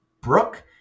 Brooke